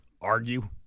argue